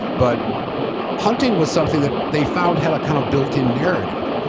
but hunting was something that they found had a kind of built in narrative,